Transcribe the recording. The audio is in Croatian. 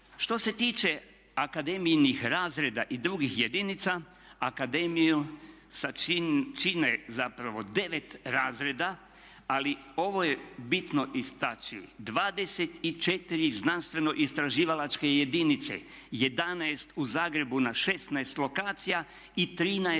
Što se tiče akademijinih razreda i drugih jedinica akademiju čine zapravo 9 razreda, ali ovo je bitno istači, 24 znanstveno istraživalačke jedinice, 11 u Zagrebu na 16 lokacija i 13 izvan